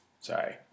Sorry